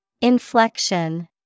Inflection